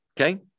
Okay